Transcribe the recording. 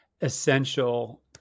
essential